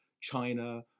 China